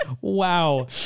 Wow